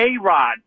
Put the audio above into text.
A-Rod